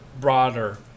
broader